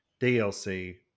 DLC